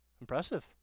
impressive